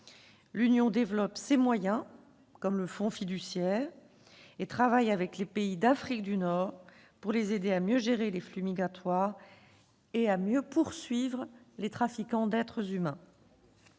développe ses moyens, comme le fonds fiduciaire, et travaille avec les pays d'Afrique du Nord, pour aider ces derniers à mieux gérer les flux migratoires et à mieux poursuivre les trafiquants d'êtres humains.